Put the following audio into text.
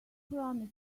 promise